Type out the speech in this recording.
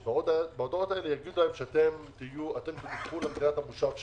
בהודעות האלה הם אמרו להם אתם בטיפול מדינת המושב שלכם.